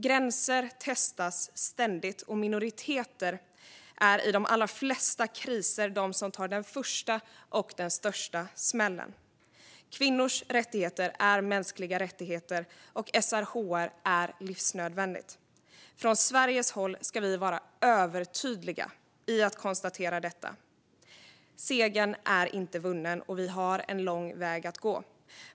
Gränser testas ständigt, och minoriteter är i de allra flesta kriser de som tar den första och den största smällen. Kvinnors rättigheter är mänskliga rättigheter, och SRHR är livsnödvändigt. Från Sveriges håll ska vi vara övertydliga i att konstatera detta. Segern är inte vunnen, och vi har en lång väg att gå.